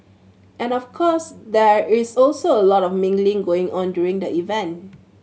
and of course there is also a lot of mingling going on during the event